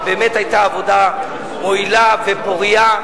ובאמת היתה עבודה מועילה ופורייה,